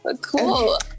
Cool